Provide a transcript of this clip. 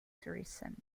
tourism